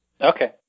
okay